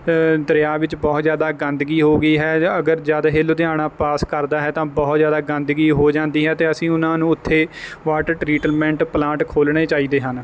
ਦਰਿਆ ਵਿੱਚ ਬਹੁਤ ਜ਼ਿਆਦਾ ਗੰਦਗੀ ਹੋ ਗਈ ਹੈ ਜਾਂ ਅਗਰ ਜਦੋਂ ਇਹ ਲੁਧਿਆਣਾ ਪਾਸ ਕਰਦਾ ਹੈ ਤਾਂ ਬਹੁਤ ਜ਼ਿਆਦਾ ਗੰਦਗੀ ਹੋ ਜਾਂਦੀ ਹੈ ਅਤੇ ਅਸੀਂ ਉਹਨਾਂ ਨੂੰ ਉੱਥੇ ਵਾਟਰ ਟਰੀਟਲਮੈਂਟ ਪਲਾਂਟ ਖੋਲ੍ਹਣੇ ਚਾਹੀਦੇ ਹਨ